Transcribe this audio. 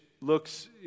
looks